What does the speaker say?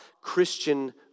Christian